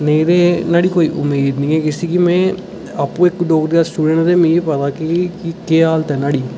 नेईं ते न्हाड़ी कोई उमीद नेईं ऐ बेसीकली में आपूं इक डोगरी दा स्टूडेंट हा ते केह् हालत एह् न्हाड़ी